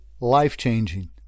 life-changing